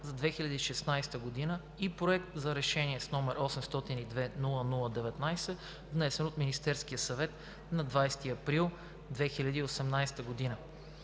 за 2016 г. и Проект за решение, № 802 00-19, внесен от Министерския съвет на 20 април 2018 г.